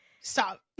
stop